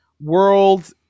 world